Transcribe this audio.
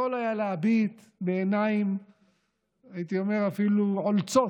הוא היה יכול להביט בעיניים אפילו עולצות,